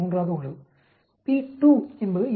3 ஆக உள்ளது p2 என்பது 8 ÷ 47 அதாவது 0